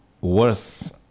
worse